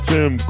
Tim